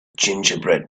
gingerbread